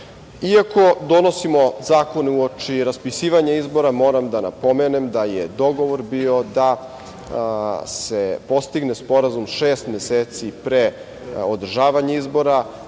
donosimo zakone uoči raspisivanja izbora, moram da napomenem da je dogovor bio da se postigne sporazum šest meseci pre održavanja izbora.